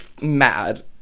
mad